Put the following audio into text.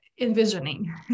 envisioning